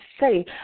say